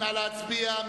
נא להצביע.